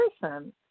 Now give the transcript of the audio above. person